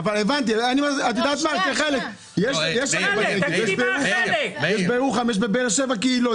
--- יש בבאר שבע קהילות,